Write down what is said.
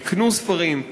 יקנו ספרים,